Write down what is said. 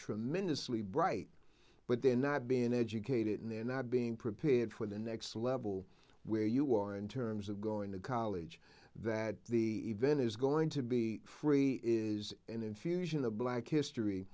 tremendously bright but they're not being educated and they're not being prepared for the next level where you are in terms of going to college that the event is going to be free is in infusion the black history